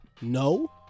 No